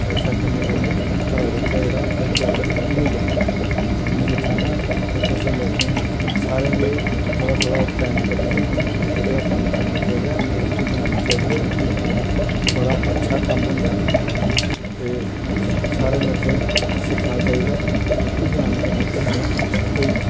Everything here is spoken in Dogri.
ऐसा करने कन्नै घरा बिच ऐ जेह्ड़ा ओह् प्यार खत्म होई जंदा ते में ते चाह्न्नां कि भई तुस लोकें सारे गी एह् थोह्ड़ा थोह्ड़ा टाइम कड्ढियै ते एह्कड़ा कम्म करना चाहिदा रुट्टी बनानी चाहिदी ऐ रुट्टी बनाना बड़ा अच्छा कम्म होंदा ऐ एह् सारे लोकें सिक्खना चाहिदा ऐ रुट्टी बनाने कन्नै केह् होंदा ऐ भई